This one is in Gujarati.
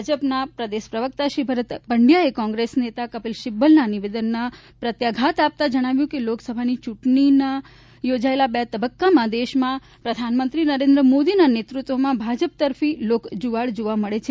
ભાજપના પ્રદેશ પ્રવક્તા શ્રી ભરતભાઈ પંડ્યાએ કોંગ્રેસ નેતા કપિલ સિબ્બલના નિવેદનનો પ્રત્યાઘાત આપતા જણાવ્યું છે કે લોકસભાની ચૂંટણીના યોજાયેલા બે તબક્કામાં દેશમાં પ્રધાનમંત્રી નરેન્દ્ર મોદીના નેતૃત્વમાં ભાજપ તરફી લોકજુવાળ જોવા મળે છે